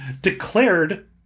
declared